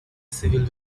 civil